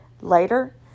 Later